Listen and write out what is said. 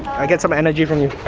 i get some energy from you.